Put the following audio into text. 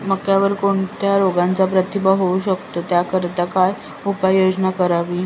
मक्यावर कोणत्या रोगाचा प्रादुर्भाव होऊ शकतो? त्याकरिता काय उपाययोजना करावी?